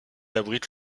abrite